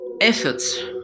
efforts